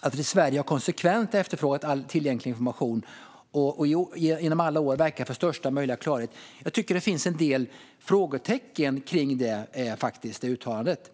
att Sverige konsekvent har efterfrågat all tillgänglig information och genom alla år verkat för största möjliga klarhet. Jag tycker att det finns en del frågetecken kring det uttalandet.